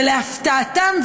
להפתעתם,